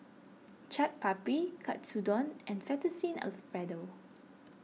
Chaat Papri Katsudon and Fettuccine Alfredo